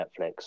Netflix